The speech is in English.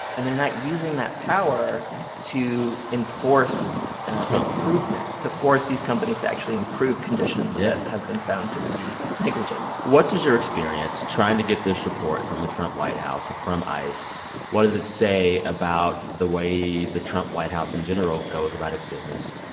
and they're not using that power to enforce improvements to force these companies to actually improve conditions. yeah. that have been found to be negligent what does your experience trying to get this report from the trump white house from ice what does it say about the way the trump white house, in general, goes about its business?